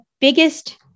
biggest